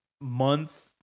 month